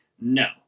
No